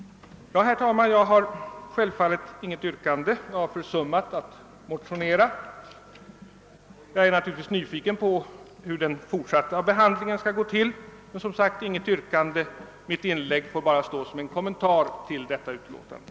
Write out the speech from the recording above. Herr talman! Jag har självfallet inget yrkande, eftersom jag har försummat att motionera, men jag är nyfiken på hur den fortsatta behandlingen skall gå till. Mitt inlägg får bara stå som en kommentar till det föreliggande utlåtandet.